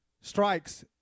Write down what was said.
strikes